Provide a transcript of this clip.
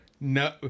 No